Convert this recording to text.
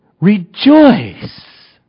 rejoice